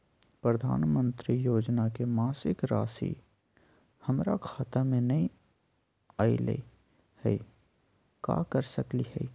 प्रधानमंत्री योजना के मासिक रासि हमरा खाता में नई आइलई हई, का कर सकली हई?